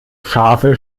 scharfe